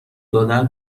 دادن